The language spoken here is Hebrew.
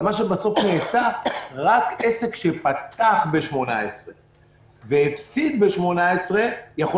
אבל מה שנעשה בסוף זה שרק עסק שפתח ב-2018 והפסיד ב-2018 יכול